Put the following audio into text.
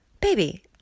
baby